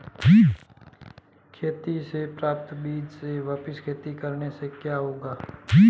खेती से प्राप्त बीज से वापिस खेती करने से क्या होगा?